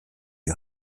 die